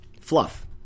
fluff